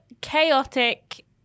chaotic